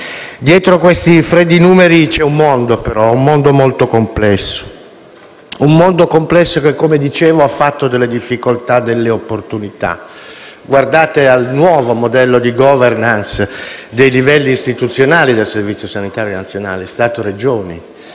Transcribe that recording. \*\*\*Dietro questi freddi numeri c'è però un mondo molto complesso, un mondo che, come dicevo, ha trasformato delle difficoltà in opportunità. Guardate al nuovo modello di *governance* dei livelli istituzionali del Servizio sanitario nazionale (Stato-Regioni);